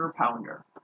pounder